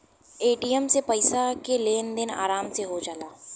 ATM से पइसा के लेन देन आसान हो जाला